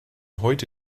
heute